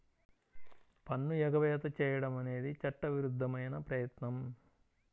పన్ను ఎగవేత చేయడం అనేది చట్టవిరుద్ధమైన ప్రయత్నం